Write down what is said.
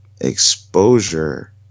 exposure